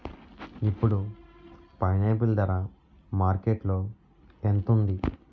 ఇప్పుడు పైనాపిల్ ధర మార్కెట్లో ఎంత ఉంది?